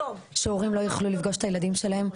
שהורים לא יוכלו לפגוש את הילדים שלהם.